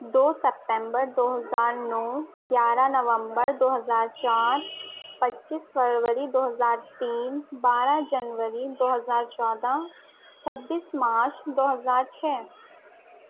دو سکتمبر دو ہزار نو گیارہ نومبر دو ہزار چار پچیس فروری دو ہزار تین بارہ جنوری دو ہزار چودہ چھبیس مارچ دو ہزار چھ